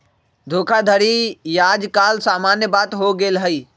धोखाधड़ी याज काल समान्य बात हो गेल हइ